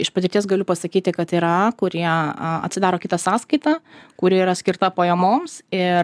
iš patirties galiu pasakyti kad yra kurie atsidaro kitą sąskaitą kuri yra skirta pajamoms ir